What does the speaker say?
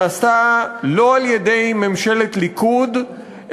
נעשתה לא על-ידי ממשלת ליכוד,